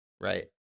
right